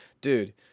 Dude